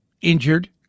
injured